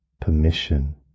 permission